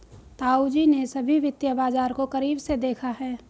ताऊजी ने सभी वित्तीय बाजार को करीब से देखा है